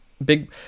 Big